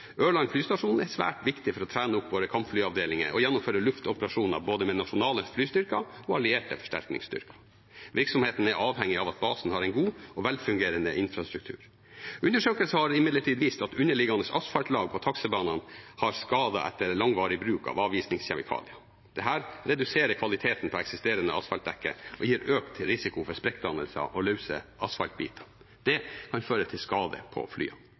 Ørland fortsetter utbyggingen av den nye kampflybasen. Ørland flystasjon er svært viktig for å trene opp våre kampflyavdelinger og gjennomføre luftoperasjoner med både nasjonale flystyrker og allierte forsterkningsstyrker. Virksomheten er avhengig av at basen har en god og velfungerende infrastruktur. Undersøkelser har imidlertid vist at underliggende asfaltlag på taksebanene har skader etter langvarig bruk av avisingskjemikalier. Dette reduserer kvaliteten på eksisterende asfaltdekke og gir økt risiko for sprekkdannelser og løse asfaltbiter. Det kan føre til skader på flyene.